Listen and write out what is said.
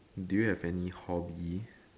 do you have any hobby